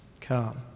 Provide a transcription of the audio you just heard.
come